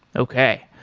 okay.